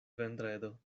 vendredo